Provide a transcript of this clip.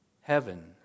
heaven